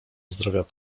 zdrowia